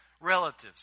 relatives